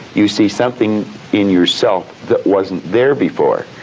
you see something in yourself that wasn't there before.